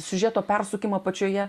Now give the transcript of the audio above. siužeto persukimą pačioje